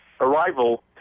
arrival